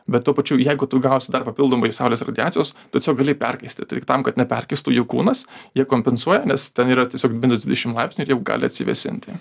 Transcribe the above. bet tuo pačiu jeigu tu gausi dar papildomai saulės radiacijos tu tiesiog gali perkaisti tai tam kad neperkaistų jų kūnas jie kompensuoja nes ten yra tiesiog minus dvidešim laipsnių ir jie jau gali atsivėsinti